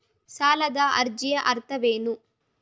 ಸಾಲದ ಅರ್ಜಿಯ ಅರ್ಥವೇನು?